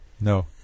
No